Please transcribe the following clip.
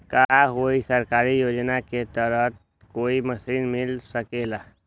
का कोई सरकारी योजना के तहत कोई मशीन मिल सकेला?